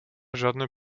žádné